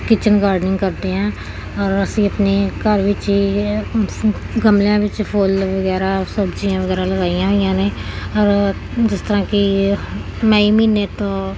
kitchen gardening ਕਰਦੇ ਹਾਂ ਔਰ ਅਸੀਂ ਆਪਣੇ ਘਰ ਵਿੱਚ ਹੀ ਗਮਲਿਆਂ ਵਿੱਚ ਫੁੱਲ ਵਗੈਰਾ ਸਬਜ਼ੀਆਂ ਵਗੈਰਾ ਲਗਾਈਆਂ ਹੋਈਆਂ ਨੇ ਔਰ ਜਿਸ ਤਰ੍ਹਾਂ ਕਿ ਮਈ ਮਹੀਨੇ ਤੋਂ